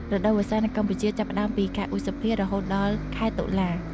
រដូវវស្សានៅកម្ពុជាចាប់ផ្ដើមពី ខែឧសភា រហូតដល់ ខែតុលា។